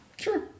Sure